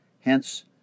Hence